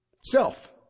Self